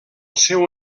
seu